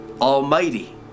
Almighty